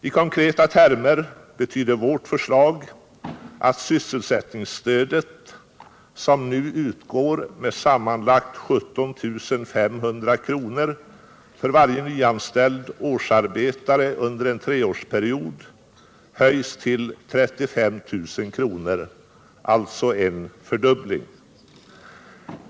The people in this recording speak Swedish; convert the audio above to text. I konkreta termer betyder vårt förslag att sysselsättningsstödet, som nu utgår med sammanlagt 17 500 kr. för varje nyanställd årsarbetare under en treårsperiod, höjs till 35 000 kr. — alltså en fördubbling.